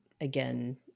again